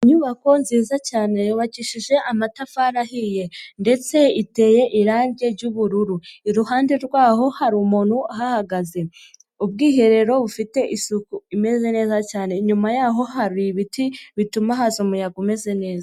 Inyubako nziza cyane yubakishije amatafari ahiye ndetse iteye irangi ry'ubururu, iruhande rwaho hari umuntu ahahagaze, ubwiherero bufite iku imeze neza cyane, inyuma yaho hari ibiti bituma haza umuyaga umeze neza.